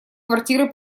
квартиры